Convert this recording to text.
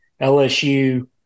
LSU